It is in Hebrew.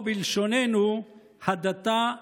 או בלשוננו, "הדתה חשוכה".